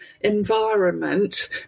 environment